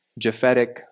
Japhetic